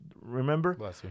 remember